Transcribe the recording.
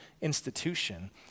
institution